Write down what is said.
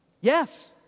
Yes